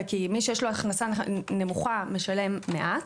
כי מי שיש לו הכנסה נמוכה משלם מעט.